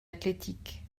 athlétique